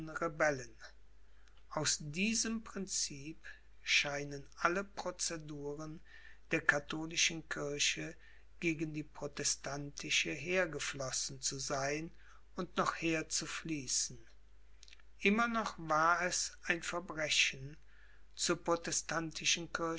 rebellen aus diesem princip scheinen alle proceduren der katholischen kirche gegen die protestantische hergeflossen zu sein und noch herzufließen immer noch war es ein verbrechen zur